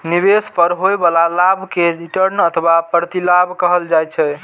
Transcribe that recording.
निवेश पर होइ बला लाभ कें रिटर्न अथवा प्रतिलाभ कहल जाइ छै